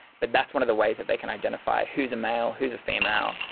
but that's one of the ways that they can identify who's a male, who's a female,